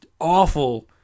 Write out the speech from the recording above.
awful